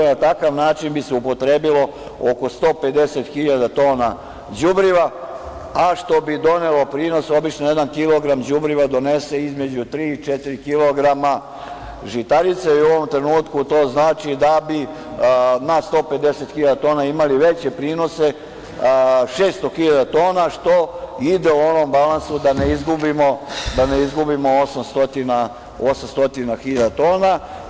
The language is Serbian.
Na takav način bi se upotrebilo oko 150 hiljada tona đubriva, a što bi donelo prinos – obično jedan kilogram đubriva donese između tri i četiri kilograma žitarica i u ovom trenutku to znači da bi na 150 hiljada tona imali veće prinose, 600 hiljada tona, što ide u onom balansu da ne izgubimo 800 hiljada tona.